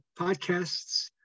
podcasts